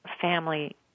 family